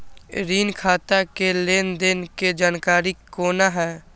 ऋण खाता के लेन देन के जानकारी कोना हैं?